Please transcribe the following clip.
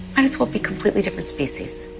and as well be completely different species.